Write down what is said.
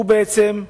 הוא בעצם,